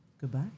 goodbye